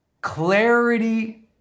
Clarity